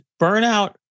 burnout